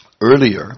Earlier